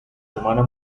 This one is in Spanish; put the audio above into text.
hermana